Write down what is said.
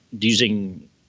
using